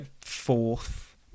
fourth